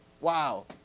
Wow